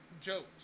jokes